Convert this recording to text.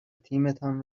تیمتان